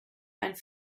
and